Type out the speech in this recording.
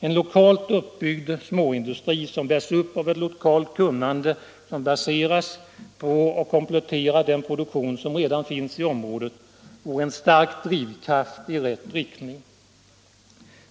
En lokalt uppbyggd småindustri som bärs upp av ett lokalt kunnande och som baseras på och kompletterar den produktion som redan finns i området vore en stark drivkraft i rätt riktning.